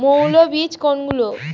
মৌল বীজ কোনগুলি?